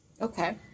Okay